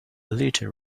little